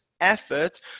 effort